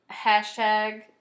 hashtag